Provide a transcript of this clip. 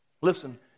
Listen